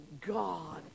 God